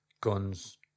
guns